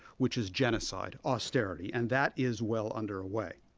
which is genocide, austerity and that is well under ah way.